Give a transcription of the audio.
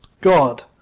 God